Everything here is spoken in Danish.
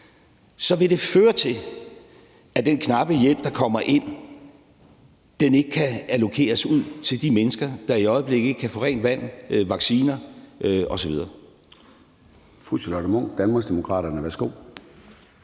så vil det føre til, at den knappe hjælp, der kommer ind, ikke kan allokeres ud til de mennesker, der i øjeblikket ikke kan få rent vand, vacciner osv. Kl. 13:23 Formanden (Søren Gade): Fru Charlotte Munch, Danmarksdemokraterne. Værsgo.